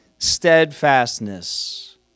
steadfastness